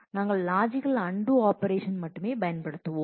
நாங்கள் logical and operation மட்டுமே பயன்படுத்துவோம்